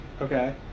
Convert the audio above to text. Okay